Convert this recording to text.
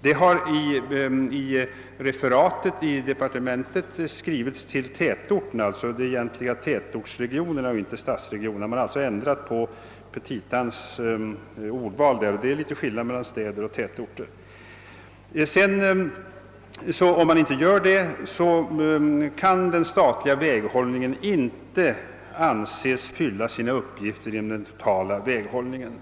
departementets referat har man ändrat uttrycket »de egentliga stadsregionerna» till »de egentliga tätortsregionerna». Vägverket skriver att under sådana förhållanden »den statliga väghållningen inte kommer att kunna fylla sina uppgifter inom den totala väghållningen.